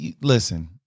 listen